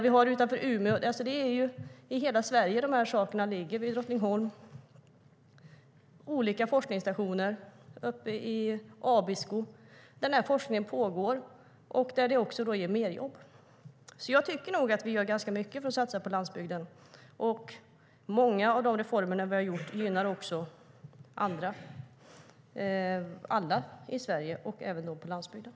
Vi har det utanför Umeå och vid Drottningholm. Det finns alltså olika forskningsstationer i hela Sverige, till exempel uppe i Abisko, där forskningen pågår. Det ger också merjobb.